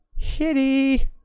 shitty